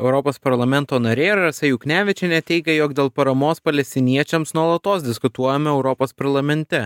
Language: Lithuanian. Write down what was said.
europos parlamento narė rasa juknevičienė teigė jog dėl paramos palestiniečiams nuolatos diskutuojama europos parlamente